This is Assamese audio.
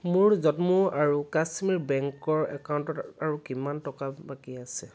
মোৰ জম্মু আৰু কাশ্মীৰ বেংকৰ একাউণ্টত আৰু কিমান টকা বাকী আছে